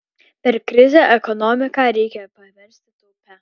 per krizę ekonomiką reikia paversti taupia